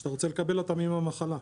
שאתה רוצה לקבל אותם עם המחלה,